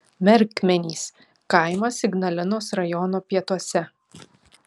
merkmenys kaimas ignalinos rajono pietuose